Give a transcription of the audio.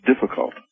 difficult